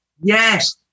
Yes